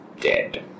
dead